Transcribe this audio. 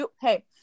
Hey